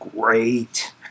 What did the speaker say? great